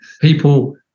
people